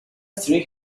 three